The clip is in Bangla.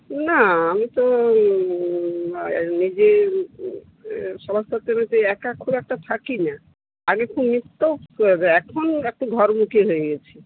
না আমি তো নিজের সমস্যা হচ্ছিল যে একা খুব একটা থাকি না আগে খুব মিশতাম এখন একটু ঘরমুখী হয়ে গেছি